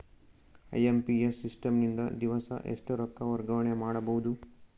IMPS system ನಿಂದ ದಿವಸಾ ಎಷ್ಟ ರೊಕ್ಕ ವರ್ಗಾವಣೆ ಮಾಡಬಹುದು?